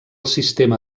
sistema